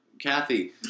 Kathy